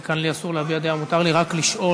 לי כאן אסור להביע דעה, מותר לי רק לשאול.